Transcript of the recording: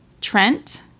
trent